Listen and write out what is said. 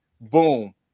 Boom